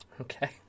Okay